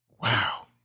Wow